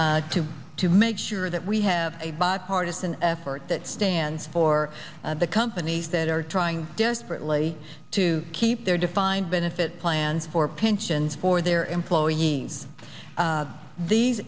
me to to make sure that we have a bipartisan effort that stands for the companies that are trying desperately to keep their defined benefit plans for pensions for their employees these